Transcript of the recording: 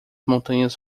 montanhas